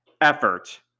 effort